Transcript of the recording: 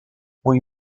mój